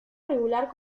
regular